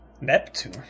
Neptune